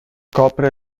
copre